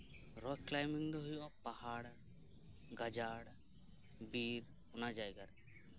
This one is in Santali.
ᱨᱚ ᱠᱞᱟᱭᱢᱤᱝ ᱫᱚ ᱦᱩᱭᱩᱜᱼᱟ ᱯᱟᱦᱟᱲ ᱜᱟᱡᱟᱲ ᱵᱤᱨ ᱚᱱᱟ ᱡᱟᱭᱜᱟᱨᱮ